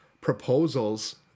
proposals